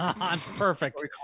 Perfect